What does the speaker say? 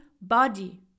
body